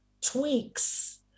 tweaks